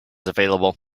available